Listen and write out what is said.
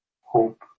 hope